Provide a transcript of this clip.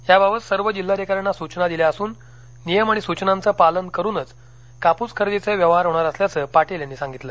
याबाबत सर्व जिल्हाधिकाऱ्यांना सूचना दिल्या असून नियम आणि सूचनांचं पालन करूनच कापूस खरेदीचे व्यवहार होणार असल्याचं पाटील यांनी सांगितलं